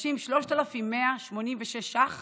נדרשים 3,186 ש"ח